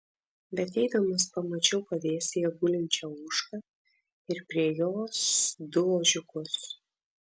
bet eidamas pamačiau pavėsyje gulinčią ožką ir prie jos du ožiukus